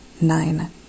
nine